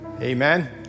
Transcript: Amen